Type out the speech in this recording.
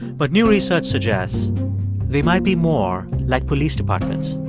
but new research suggests they might be more like police departments.